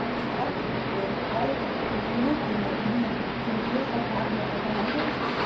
भारत में कर के गिनेके लेल नियम केंद्रीय सरकार द्वारा बनाएल जाइ छइ